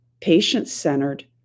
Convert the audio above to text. patient-centered